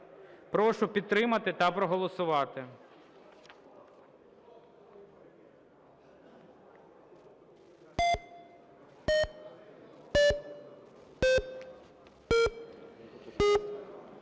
Прошу підтримати та проголосувати.